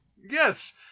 Yes